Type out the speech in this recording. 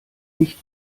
nicht